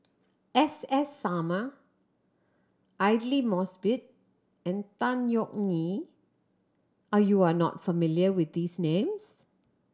S S Sarma Aidli Mosbit and Tan Yeok Nee are you are not familiar with these names